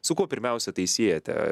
su kuo pirmiausia tai siejate